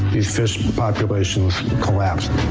these fish populations collapsed.